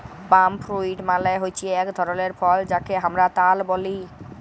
পাম fruit মালে হচ্যে এক ধরলের ফল যাকে হামরা তাল ব্যলে